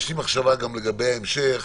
יש לי מחשבה לגבי ההמשך,